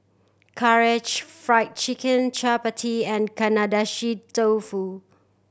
Karaage Fried Chicken Chapati and Agedashi Dofu